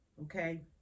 Okay